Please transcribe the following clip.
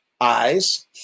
eyes